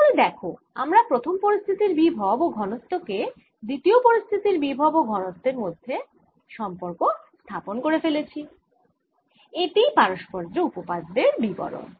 তাহলে দেখ আমরা প্রথম পরিস্থিতির বিভব ও ঘনত্ব কে দ্বিতীয় পরিস্থিতির বিভব ও ঘনত্বর মধ্যে সম্পর্ক স্থাপন করে ফেলেছি এটিই পারস্পর্য্য উপপাদ্যের বিবরণ